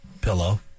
Pillow